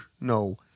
no